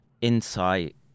insight